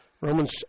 Romans